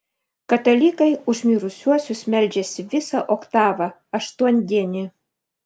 katalikai už mirusiuosius meldžiasi visą oktavą aštuondienį